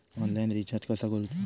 Online recharge कसा करूचा?